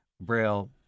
Braille